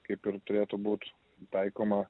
kaip ir turėtų būti taikoma